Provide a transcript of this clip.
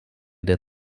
der